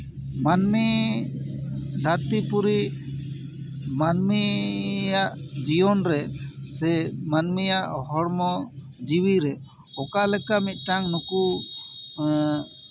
ᱢᱟᱹᱱᱢᱤ ᱫᱷᱟᱹᱨᱛᱤ ᱯᱩᱨᱤ ᱢᱟᱹᱱᱢᱤᱭᱟᱜ ᱡᱤᱭᱚᱱ ᱨᱮ ᱥᱮ ᱢᱟᱹᱱᱢᱤᱭᱟᱜ ᱦᱚᱲᱢᱚ ᱡᱤᱣᱤᱨᱮ ᱚᱠᱟ ᱞᱮᱠᱟ ᱢᱤᱫᱴᱟᱱ ᱱᱩᱠᱩ ᱮᱜ